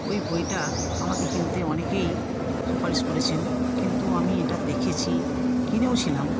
ওই বইটা আমাকে কিনতে অনেকেই সুপারিশ করেছেন কিন্তু আমি এটা দেখেছি কিনেও ছিলাম